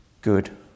good